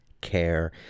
care